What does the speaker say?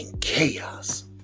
chaos